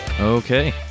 Okay